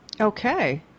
Okay